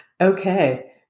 Okay